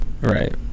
Right